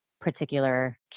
particular